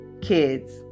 kids